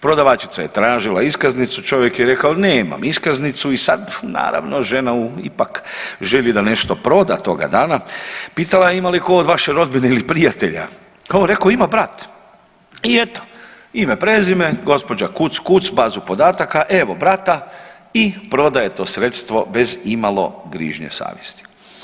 Prodavačica je tražila iskaznicu, čovjek je rekao nemam iskaznicu i sad naravno žena ipak želi da nešto proda toga dana, pitala je ima li tko od vaše rodbine ili prijatelja, a on reko ima brat i eto ime, prezime, gospođa kuc kuc bazu podataka, evo brata i prodaje to sredstvo bez imalo grižnje savjesti.